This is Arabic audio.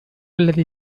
الذي